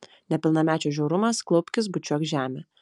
nepilnamečio žiaurumas klaupkis bučiuok žemę